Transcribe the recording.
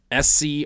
SC